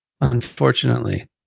Unfortunately